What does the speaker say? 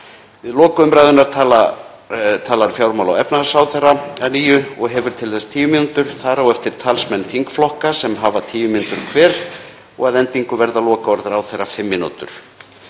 Við lok umræðunnar talar fjármála- og efnahagsráðherra að nýju og hefur til þess tíu mínútur. Þar á eftir tala talsmenn þingflokka sem hafa tíu mínútur hver og að endingu verða lokaorð ráðherra fimm mínútur.